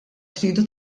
tridu